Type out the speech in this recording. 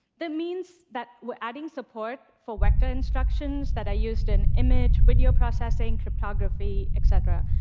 that means that we're adding support for vector instructions that are used in image, video processing, cryptography, et cetera.